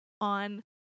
on